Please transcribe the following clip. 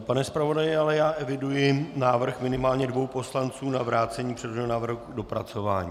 Pane zpravodaji, ale já eviduji návrh minimálně dvou poslanců na vrácení předloženého návrhu k dopracování.